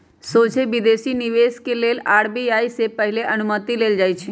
सोझे विदेशी निवेश के लेल आर.बी.आई से पहिले अनुमति लेल जाइ छइ